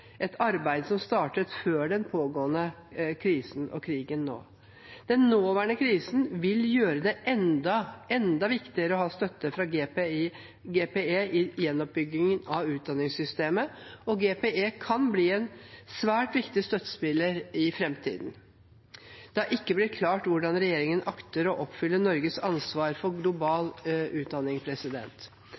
et arbeid som startet før den pågående krisen og krigen nå. Den nåværende krisen vil gjøre det enda viktigere å ha støtte fra GPE i gjenoppbyggingen av utdanningssystemet, og GPE kan bli en svært viktig støttespiller i framtiden. Det har ikke blitt klart hvordan regjeringen akter å oppfylle Norges ansvar for global utdanning.